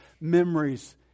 memories